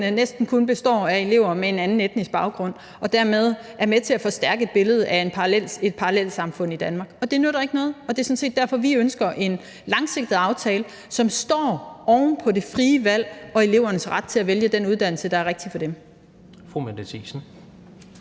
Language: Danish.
næsten kun består af elever med en anden etnisk baggrund og dermed er med til at forstærke billedet af parallelsamfund i Danmark. Og det nytter ikke noget, og det er sådan set derfor, vi ønsker en langsigtet aftale, som står oven på det frie valg og elevernes ret til at vælge den uddannelse, der er rigtig for dem.